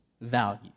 value